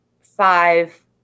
five